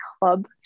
club